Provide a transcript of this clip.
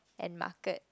and market